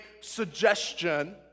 Suggestion